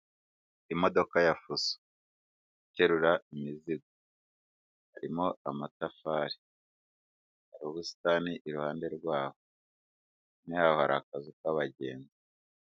Imodoka ya fuso, iterura imizigo harimo amatafari hari ubusitani iruhande rwaho, yaho hari akazu k'abagendazi.